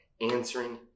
answering